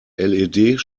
led